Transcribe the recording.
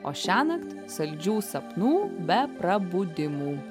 o šiąnakt saldžių sapnų be prabudimų